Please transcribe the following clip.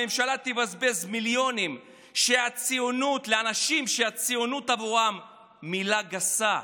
הממשלה תבזבז מיליונים לאנשים שהציונות עבורם היא מילה גסה.